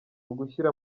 ugushyira